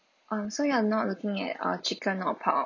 um so you are not looking at uh chicken or pork